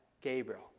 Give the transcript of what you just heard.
Gabriel